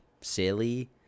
silly